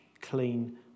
clean